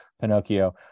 pinocchio